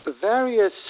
various